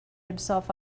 himself